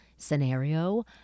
Scenario